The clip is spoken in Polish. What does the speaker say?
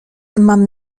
mam